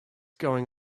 going